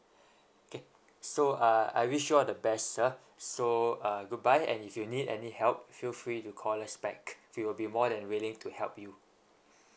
okay so uh I wish you all the best sir so uh goodbye and if you need any help feel free to call us back we'll be more than willing to help you